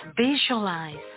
Visualize